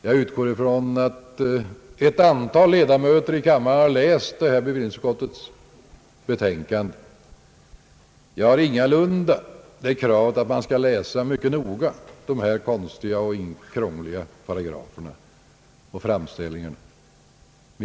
Jag utgår ifrån att ett antal av kammarens ledamöter har läst föreliggande betänkande från bevillningsutskottet. Jag har ingalunda det kravet att man mycket noga skall läsa de konstiga och krångliga paragraferna och framställningarna.